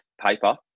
paper